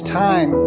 time